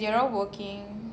oh yeah yeah they are all working